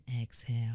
exhale